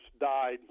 died